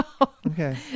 Okay